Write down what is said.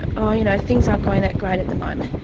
ah you know things aren't going that great at the moment.